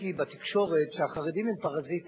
מילואים ולבני-משפחותיהם (תיקון מס' 4),